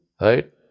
Right